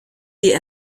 sie